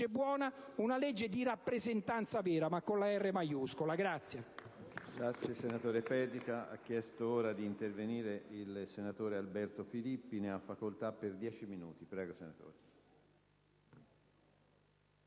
buona, una legge di rappresentanza vera, con la R maiuscola.